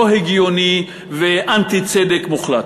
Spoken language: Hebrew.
לא הגיוני ואנטי-צדק מוחלט.